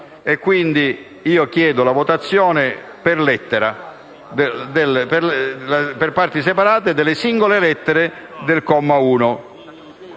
Dunque, io chiedo la votazione per parti separate delle singole lettere del comma 1